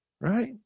Right